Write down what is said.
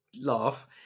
laugh